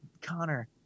Connor